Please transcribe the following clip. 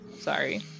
Sorry